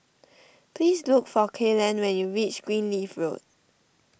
please look for Kalen when you reach Greenleaf Road